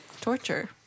Torture